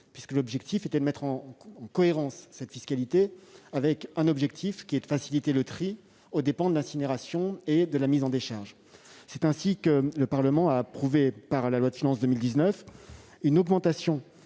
dans la perspective de mettre en cohérence cette fiscalité avec un objectif : faciliter le tri, aux dépens de l'incinération et de la mise en décharge. C'est ainsi que le Parlement a approuvé, dans cette loi de finances, une augmentation